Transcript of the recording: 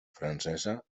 francesa